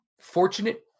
fortunate